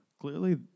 clearly